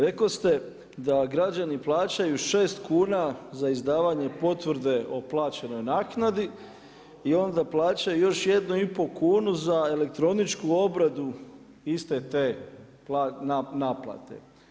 Rekoste da građani plaćaju 6 kuna za izdavanje potvrde o plaćenoj naknadi i onda plaćaju još 1 i pol kunu za elektroničku obradu iste te naplate.